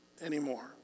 anymore